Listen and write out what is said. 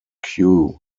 queue